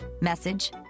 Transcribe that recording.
message